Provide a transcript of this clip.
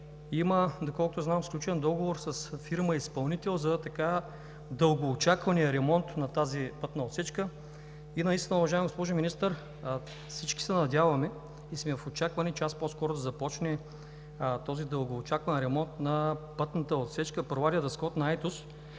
за строеж и сключен договор с фирма-изпълнител за така дългоочаквания ремонт на тази пътна отсечка. Уважаема госпожо Министър, всички се надяваме и сме в очакване час по-скоро да започне този дългоочакван ремонт на пътната отсечка Провадия – Дъскотна – Айтос,